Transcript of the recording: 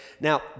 Now